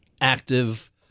active